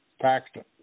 Paxton